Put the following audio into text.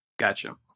Gotcha